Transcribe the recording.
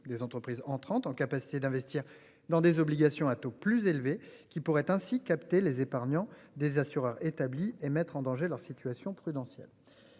des entreprises en 30 ans, capacité d'investir dans des obligations à taux plus élevé qui pourrait ainsi capter les épargnants des assureurs établie et mettre en danger leur situation prudentielles